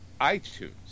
iTunes